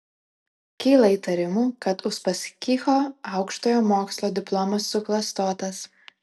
kyla įtarimų kad uspaskicho aukštojo mokslo diplomas suklastotas